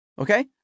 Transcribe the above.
Okay